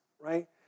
right